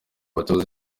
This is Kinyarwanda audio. abatoza